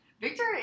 Victor